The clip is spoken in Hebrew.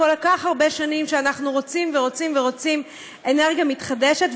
כל כך הרבה שנים שאנחנו רוצים ורוצים ורוצים אנרגיה מתחדשת,